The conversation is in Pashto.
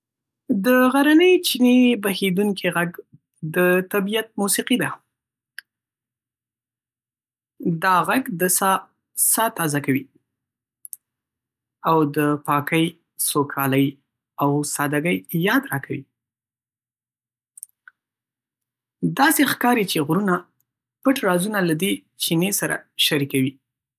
د غرني چينې بهېدونکی غږ د طبیعت موسیقي ده. دا غږ د سا ساه تازه کوي، او د پاکۍ، سوکالۍ او سادګۍ یاد راکوي. داسې ښکاری چې غرونه پټ رازونه له دې چینې سره شریکوي.